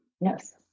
Yes